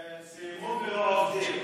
לאפשר, סיימו ולא עובדים.